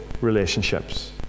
relationships